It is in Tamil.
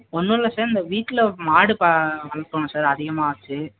ஒன்றும் இல்லை சார் இந்த வீட்டில மாடு பா வளர்த்தோம் சார் அதிகமாக ஆச்சு